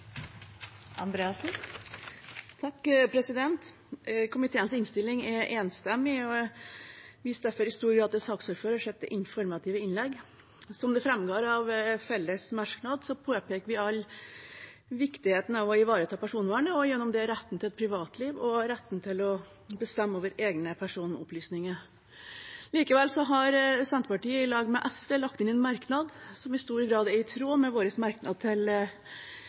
enstemmig, og jeg viser derfor i stor grad til saksordførerens informative innlegg. Som det framgår av fellesmerknaden, påpeker vi alle viktigheten av å ivareta personvernet og gjennom det retten til et privatliv og retten til å bestemme over egne personopplysninger. Likevel har Senterpartiet i lag med SV lagt inn en merknad som i stor grad er i tråd med vår merknad til